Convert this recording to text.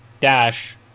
dash